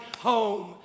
home